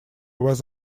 was